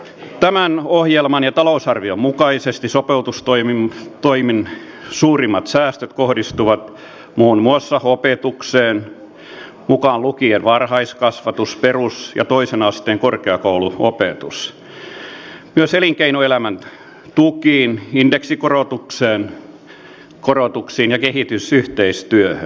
tämän ohjelman ja talousarvion mukaisesti sopeutustoimien suurimmat säästöt kohdistuvat muun muassa opetukseen mukaan lukien varhaiskasvatus perus ja toisen asteen ja korkeakouluopetus ja myös elinkeinoelämän tukiin indeksikorotuksiin ja kehitysyhteistyöhön